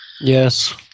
Yes